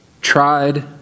tried